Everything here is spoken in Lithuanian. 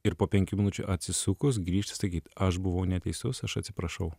ir po penkių minučių atsisukus grįžti sakyt aš buvau neteisus aš atsiprašau